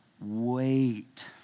wait